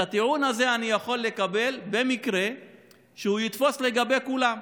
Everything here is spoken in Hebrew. את הטיעון הזה אני יכול לקבל במקרה שהוא יתפוס לגבי כולם: